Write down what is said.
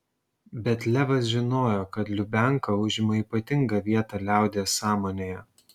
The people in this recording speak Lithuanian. bet levas žinojo kad lubianka užima ypatingą vietą liaudies sąmonėje